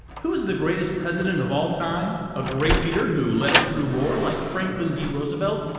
who is the greatest president of all time? a great leader who led us through war, like franklin d roosevelt?